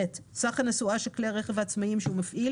סך הנסועה של כלי הרכב העצמאיים שהוא מפעיל,